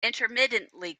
intermittently